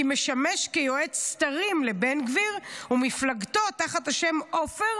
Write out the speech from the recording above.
הוא משמש כיועץ סתרים לבן גביר ומפלגתו תחת השם עופר,